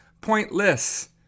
pointless